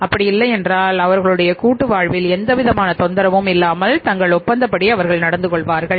அப்படி இல்லை என்றால் அவர்களுடைய கூட்டு வாழ்வில் எந்தவிதமான தொந்தரவும் இல்லாமல் தங்கள் ஒப்பந்தப்படி அவர்கள் நடந்து கொள்வார்கள்